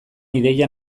ideia